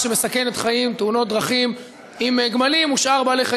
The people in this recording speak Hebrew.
אנחנו עוברים להצעת חוק חובת סימון ופיקוח על בעלי-חיים,